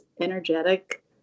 energetic